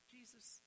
Jesus